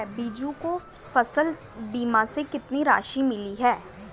बीजू को फसल बीमा से कितनी राशि मिली है?